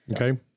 Okay